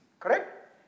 Correct